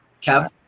Kevin